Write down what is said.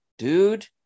Dude